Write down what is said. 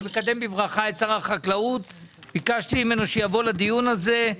אני מקדם בברכה את שר החקלאות שביקשתי ממנו לבוא לדיון הזה.